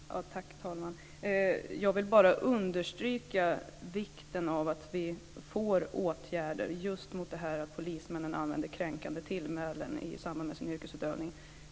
Fru talman! Jag vill bara understryka vikten av att vi får åtgärder mot just detta att polismännen använder kränkande tillmälen i samband med sin yrkesutövning.